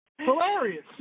Hilarious